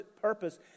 purpose